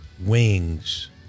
Wings